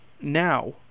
now